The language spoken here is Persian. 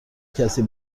کسی